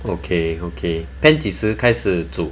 okay okay pan 几时开始煮